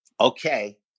okay